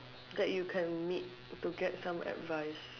that you can meet to get some advice